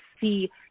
see